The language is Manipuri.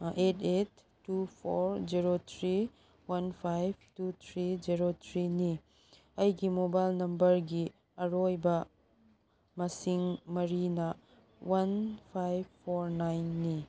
eight eight two four zero three one five two three zero ꯊ꯭ꯔꯤꯅꯤ ꯑꯩꯒꯤ ꯃꯣꯕꯥꯏꯜ ꯅꯝꯕꯔꯒꯤ ꯑꯔꯣꯏꯕ ꯃꯁꯤꯡ ꯃꯔꯤꯅ ꯋꯥꯟ ꯐꯥꯏꯚ ꯐꯣꯔ ꯅꯥꯏꯟꯅꯤ